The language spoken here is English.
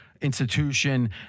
institution